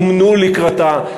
אומנו לקראתה,